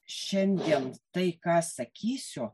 šiandien tai ką sakysiu